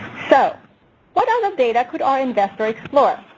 so what other data could our investor explore?